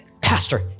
Pastor